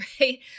right